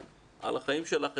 על החיים של המשפחות שלהם,